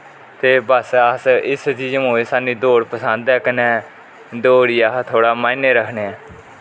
ते बस अस इसे चीजे कन्ने सानू दौड़ पसंद ऐ कन्ने दौड़ दे अस बडे़ मायने रक्खने आं